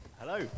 Hello